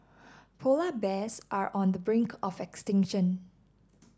polar bears are on the brink of extinction